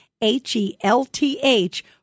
H-E-L-T-H